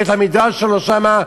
מטעם בית-המדרש שלו שם,